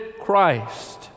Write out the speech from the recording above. Christ